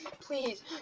Please